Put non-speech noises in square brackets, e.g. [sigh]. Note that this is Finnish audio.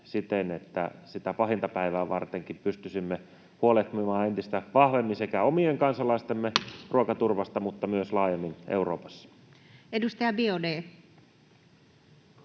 siten, että sitä pahinta päivääkin varten pystyisimme huolehtimaan entistä vahvemmin sekä omien kansalaistemme ruokaturvasta [noise] että myös laajemmin Euroopassa? [Speech 65]